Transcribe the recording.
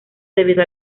debido